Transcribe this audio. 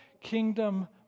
kingdom